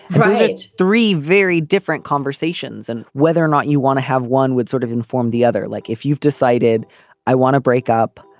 three very different conversations and whether or not you want to have one would sort of inform the other like if you've decided i want to break up.